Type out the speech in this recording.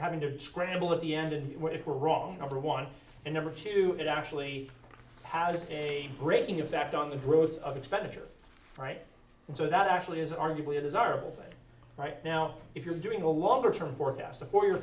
having to scramble of the end of what if we're wrong number one and number two it actually has a breaking effect on the growth of expenditure right so that actually is arguably a desirable thing right now if you're doing a longer term forecast for your